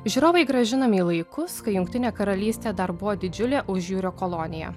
žiūrovai grąžinami į laikus kai jungtinė karalystė dar buvo didžiulė užjūrio kolonija